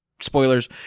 spoilers